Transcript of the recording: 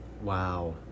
Wow